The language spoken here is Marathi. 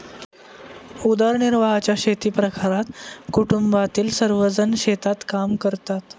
उदरनिर्वाहाच्या शेतीप्रकारात कुटुंबातील सर्वजण शेतात काम करतात